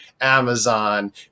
Amazon